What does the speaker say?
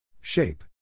Shape